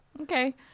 okay